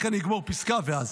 רק אני אסיים פיסקה ואז: